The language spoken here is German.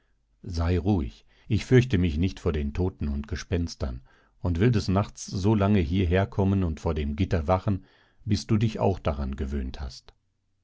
sei ruhig ich fürchte mich nicht vor den toten und gespenstern und will des nachts so lange hieher kommen und vor dem gitter wachen bis du dich auch daran gewöhnt hast